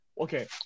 Okay